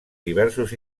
diversos